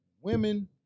women